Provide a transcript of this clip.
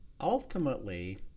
ultimately